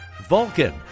Vulcan